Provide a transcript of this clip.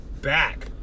back